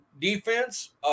defense